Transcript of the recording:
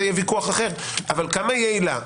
זה ויכוח אחר אבל כמה היא יעילה?